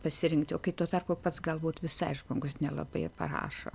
pasirinkti o kai tuo tarpu pats galbūt visai žmogus nelabai parašo